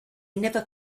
never